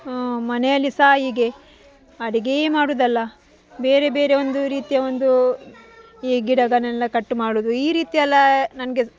ಮನೆಯಲ್ಲಿ ಸಹ ಹೀಗೆ ಅಡಿಗೆಯೇ ಮಾಡುವುದಲ್ಲ ಬೇರೆ ಬೇರೆ ಒಂದು ರೀತಿಯ ಒಂದು ಈ ಗಿಡಗಳ್ನೆಲ್ಲ ಕಟ್ಟು ಮಾಡುವುದು ಈ ರೀತಿಯೆಲ್ಲ ನನಗೆ